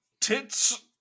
Tits